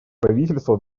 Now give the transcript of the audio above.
правительства